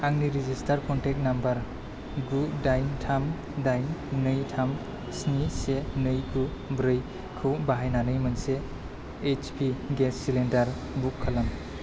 आंनि registered contact number गु दाइन थाम दाइन नै थाम स्नि से नै गु ब्रै खौ बाहायनानै मोनसे H P gas cylinder book खालाम